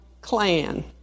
clan